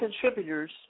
contributors